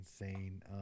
insane